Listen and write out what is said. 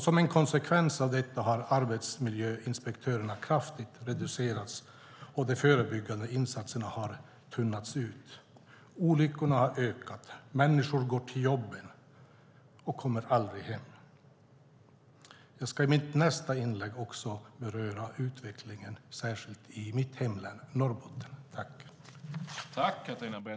Som en konsekvens av detta har antalet arbetsmiljöinspektörer kraftigt reducerats, och det förebyggande arbetet har tunnats ut. Olyckorna har ökat. Människor går till jobben och kommer aldrig hem. Jag ska i mitt nästa inlägg beröra utvecklingen särskilt i mitt hemlän Norrbotten.